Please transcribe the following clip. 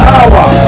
Power